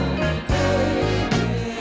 baby